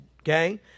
okay